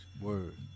Word